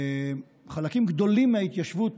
חלקים גדולים מההתיישבות,